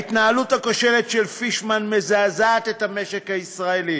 ההתנהלות הכושלת של פישמן מזעזעת את המשק הישראלי